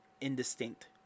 indistinct